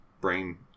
brain